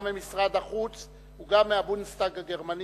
גם ממשרד החוץ וגם מהבונדסטאג הגרמני,